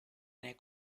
nei